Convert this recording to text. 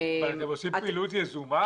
אבל אתם עושים פעילות יזומה?